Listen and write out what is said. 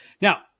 now